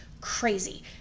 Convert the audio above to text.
crazy